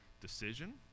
decision